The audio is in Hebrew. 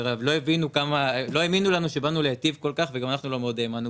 אבל לא האמינו לנו שבאנו להיטיב כל כך וגם אנחנו לא מודים.